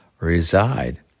reside